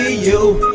ah you